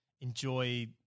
enjoy